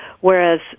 Whereas